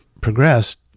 progressed